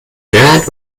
mehrheit